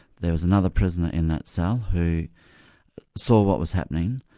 there was another prisoner in that cell who saw what was happening,